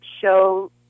show